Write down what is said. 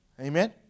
Amen